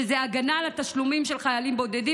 שזה הגנה על התשלומים של חיילים בודדים